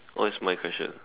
oh it's my question ah